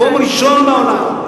מקום ראשון בעולם.